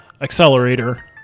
accelerator